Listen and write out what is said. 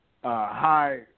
High